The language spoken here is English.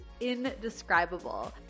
indescribable